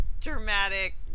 dramatic